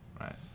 right